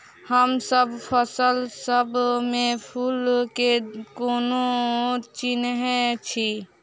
हमसब फसल सब मे फूल केँ कोना चिन्है छी?